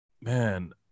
man